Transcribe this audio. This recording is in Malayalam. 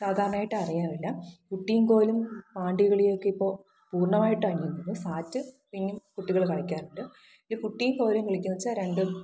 സാധാരണയായിട്ട് അറിയാറില്ല കുട്ടിയും കോലും പാണ്ടി കളിയൊക്കെ ഇപ്പോൾ പൂർണ്ണമായിട്ടും അന്യം നിന്നു സാറ്റ് പിന്നെയും കുട്ടികൾ കളിക്കാറുണ്ട് പിന്നെ കുട്ടിയും കോലും കളിക്കുകയെന്ന് വെച്ചാൽ രണ്ട്